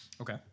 Okay